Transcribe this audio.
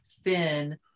thin